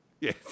Yes